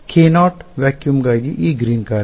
k0 ನಿರ್ವಾತಕ್ಕಾಗಿ ಗಾಗಿ ಈ ಗ್ರೀನ್ ಕಾರ್ಯ